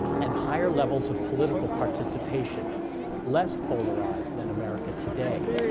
and higher levels of political participation less polarized than america today?